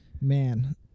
Man